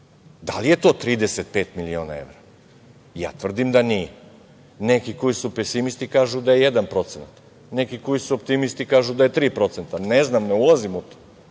Da li je to 35 miliona evra? Ja tvrdim da nije. Neki koji su pesimisti kažu da je 1%. Neki koji su optimisti kažu da je 3%. Ne znam, ne ulazim u to,